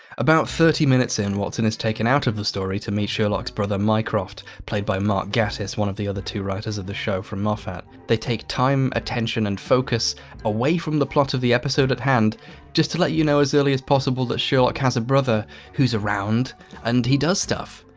about thirty minutes in watson is taken out of the story to meet sherlock's, brother, mycroft. played by mark gatiss, one of the other two writers of the show from moffat. they take time attention and focus away from the plot of the episode at hand just to let you know as early as possible that sherlock has a brother who's around and he does stuff.